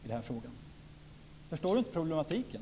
Förstår inte Lena Sandlin-Hedman problematiken?